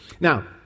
Now